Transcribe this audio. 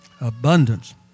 Abundance